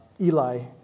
Eli